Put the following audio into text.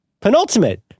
Penultimate